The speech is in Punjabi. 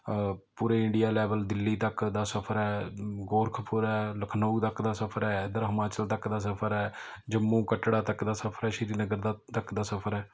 ਪੂਰੇ ਇੰਡੀਆ ਲੈਵਲ ਦਿੱਲੀ ਤੱਕ ਦਾ ਸਫਰ ਹੈ ਗੋਰਖਪੁਰ ਹੈ ਲਖਨਊ ਤੱਕ ਦਾ ਸਫਰ ਹੈ ਇੱਧਰ ਹਿਮਾਚਲ ਤੱਕ ਦਾ ਸਫਰ ਹੈ ਜੰਮੂ ਕੱਟੜਾ ਤੱਕ ਦਾ ਸਫਰ ਹੈ ਸ਼੍ਰੀਨਗਰ ਦਾ ਤੱਕ ਦਾ ਸਫਰ ਹੈ